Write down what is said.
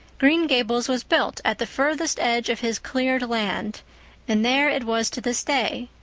green gables was built at the furthest edge of his cleared land and there it was to this day,